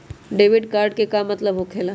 Debit card के का मतलब होकेला?